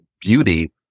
beauty